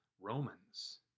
Romans